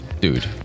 dude